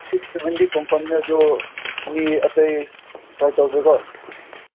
six ꯁꯦꯕꯦꯟꯗꯤ ꯑꯗꯨ ꯃꯤ ꯑꯇꯩ ꯇ꯭ꯔꯥꯏ ꯇꯧꯁꯤꯀꯣ